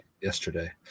Yesterday